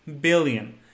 billion